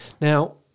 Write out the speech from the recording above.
Now